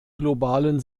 globalen